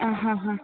ആ ഹാ ഹാ